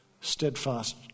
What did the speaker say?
steadfast